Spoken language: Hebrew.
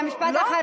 בבקשה, משפט אחרון.